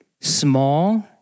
small